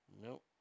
Nope